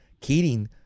Keating